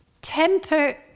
Temper